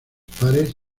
pares